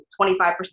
25%